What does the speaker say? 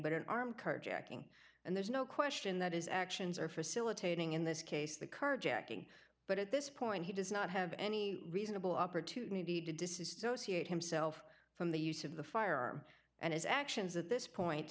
but an arm carjacking and there's no question that is actions are facilitating in this case the carjacking but at this point he does not have any reasonable opportunity to disassociate himself from the use of the firearm and his actions at this point